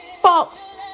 false